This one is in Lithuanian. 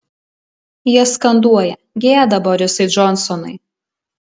jie skanduoja gėda borisai džonsonai